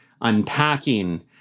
unpacking